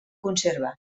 conserva